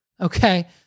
Okay